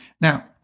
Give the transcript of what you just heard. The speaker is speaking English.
Now